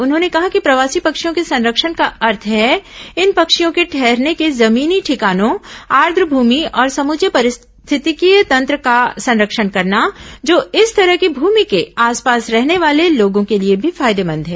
उन्होंने कहा कि प्रवासी पक्षियों के संरक्षण का अर्थ है इन पक्षियों के ठहरने के जमीनी ठिकानों आर्द भूमि और समूचे पारिस्थितिकीय तंत्र का संरक्षण करना जो इस तरह की भूमि के आसपास रहने वाले लोगों के लिए भी फायदेमंद है